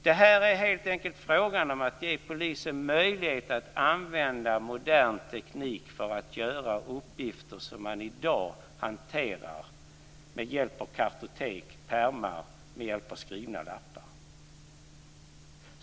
Det är helt enkelt fråga om att ge polisen möjlighet att använda modern teknik för att göra uppgifter som man i dag hanterar med hjälp av kartotek, pärmar och skrivna lappar.